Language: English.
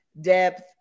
depth